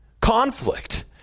conflict